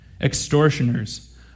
extortioners